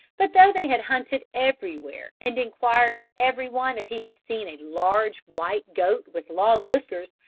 but though they had hunted everywhere and inquired of every one if he had seen a large, white goat with long whiskers,